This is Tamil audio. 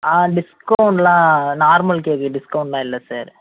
ஆ டிஸ்கௌண்ட்லாம் நார்மல் கேக்குக்கு டிஸ்கௌண்ட்லாம் இல்லை சார்